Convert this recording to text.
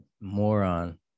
moron